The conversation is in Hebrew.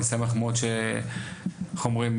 אני שמח מאוד איך אומרים,